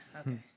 Okay